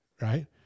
right